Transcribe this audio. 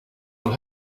will